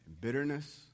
bitterness